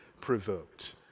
provoked